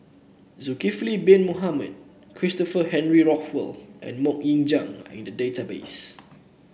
Zulkifli Bin Mohamed Christopher Henry Rothwell and MoK Ying Jang are in the database